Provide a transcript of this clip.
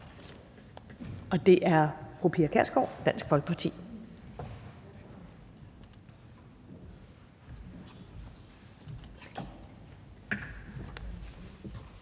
og det er fru Pia Kjærsgaard, Dansk Folkeparti.